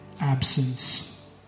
absence